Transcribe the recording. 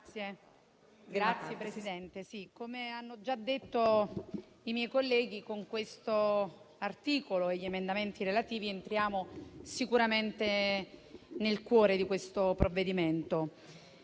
Signora Presidente, come hanno già detto i miei colleghi, con questo articolo e gli emendamenti ad esso relativi entriamo sicuramente nel cuore del provvedimento.